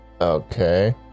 Okay